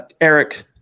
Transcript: Eric –